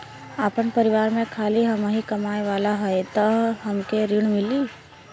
आपन परिवार में खाली हमहीं कमाये वाला हई तह हमके ऋण मिली?